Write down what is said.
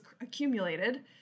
accumulated